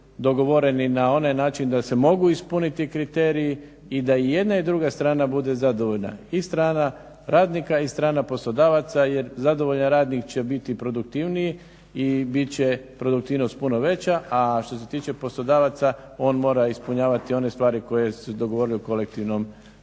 dogovoreni na onaj način da se mogu ispuniti kriteriji i da jedna i druga strana bude zadovoljna, i strana radnika i strana poslodavaca jer zadovoljan radnik će biti produktivniji i bit će produktivnost puno veća, a što se tiče poslodavaca on mora ispunjavati one stvari koje su dogovorili u kolektivnom pregovaranju.